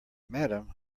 madam